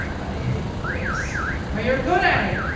i hate this but you're good at it!